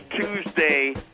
Tuesday